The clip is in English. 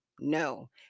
No